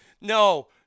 No